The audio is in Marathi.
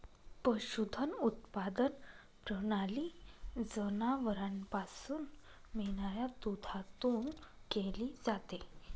पशुधन उत्पादन प्रणाली जनावरांपासून मिळणाऱ्या दुधातून केली जाते